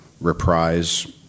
reprise